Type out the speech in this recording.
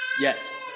Yes